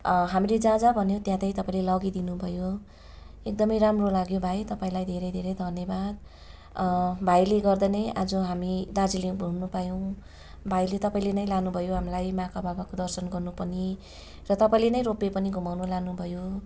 हामीले जहाँ जहाँ भन्यौँ त्यहाँ त्यहीँ तपाईँले लगिदिनु भयो एकदमै राम्रो लाग्यो भाइ तपाईँलाई धेरै धेरै धन्यवाद भाइले गर्दा नै आज हामी दार्जिलिङ घुम्नु पायौँ भाइले तपाईँले नै लानु भयो हामीलाई महाकाल बाबाको दर्शन गर्नु पनि र तपाईँले नै रोपवे पनि घुमाउनु लानु भयो